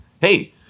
hey